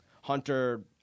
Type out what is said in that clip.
Hunter